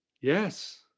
Yes